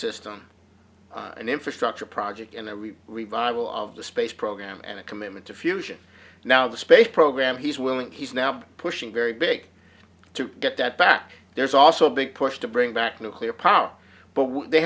system and infrastructure project and every revival of the space program and a commitment to fusion now the space program he's willing he's now pushing very big to get that back there's also a big push to bring back nuclear power but they